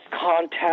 contact